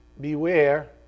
Beware